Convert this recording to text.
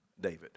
David